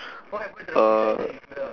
uh